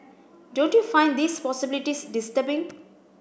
don't you find these possibilities disturbing